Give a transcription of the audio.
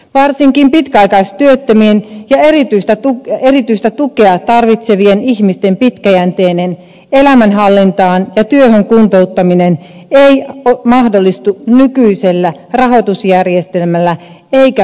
varsinkin pitkäaikaistyöttömien ja erityistä tukea tarvitsevien ihmisten pitkäjänteinen elämänhallintaan ja työhön kuntouttaminen ei mahdollistu nykyisellä rahoitusjärjestelmällä eikä pätkätoimenpiteillä